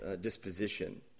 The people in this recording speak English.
disposition